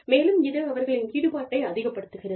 மேலும் இது அவர்களின் ஈடுபாட்டை அதிகப்படுத்துகிறது